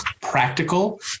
practical